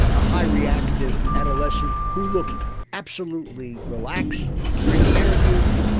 a high reactive adolescent who looked absolutely relaxed during the interview,